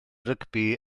rygbi